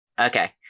Okay